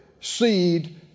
seed